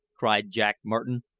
cried jack martin,